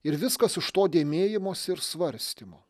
ir viskas iš to dėmėjimosi ir svarstymo